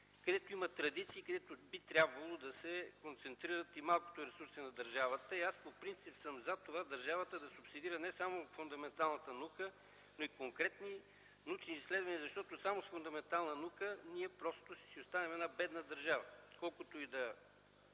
където има традиции и където би трябвало да се концентрират малкото ресурси на държавата. Аз по принцип съм за това държавата да субсидира не само фундаменталната наука, но и конкретни научни изследвания, защото само с фундаментална наука ние ще си останем бедна държава, колкото и да